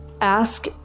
ask